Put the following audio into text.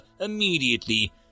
immediately